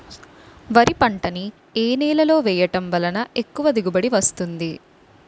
వరి పంట ని ఏ నేలలో వేయటం వలన ఎక్కువ దిగుబడి వస్తుంది?